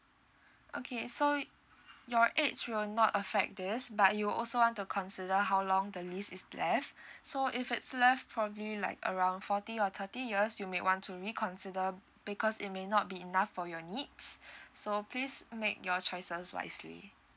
okay so your age will not affect this but you'll also want to consider how long the lease is left so if it's left probably like around forty or thirty years you may want to reconsider because it may not be enough for your needs so please make your choices wisely